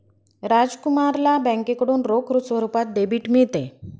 राजकुमारला बँकेकडून रोख स्वरूपात डेबिट मिळते